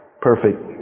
perfect